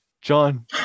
John